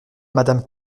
madame